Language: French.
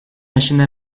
machine